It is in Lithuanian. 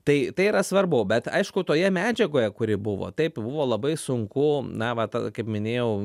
tai tai yra svarbu bet aišku toje medžiagoje kuri buvo taip buvo labai sunku na vat kaip minėjau